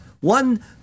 One